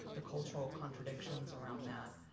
the cultural contradictions around that.